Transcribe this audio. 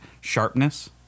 sharpness